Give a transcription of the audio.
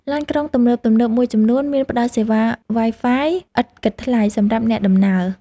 ឡានក្រុងទំនើបៗមួយចំនួនមានផ្តល់សេវា Wi-Fi ឥតគិតថ្លៃសម្រាប់អ្នកដំណើរ។